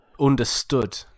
understood